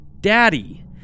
daddy